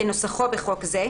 כנוסחו בחוק זה,